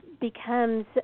becomes